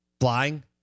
flying